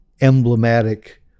emblematic